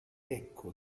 ecco